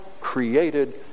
created